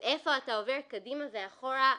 איפה אתה עובר קדימה ואחורה,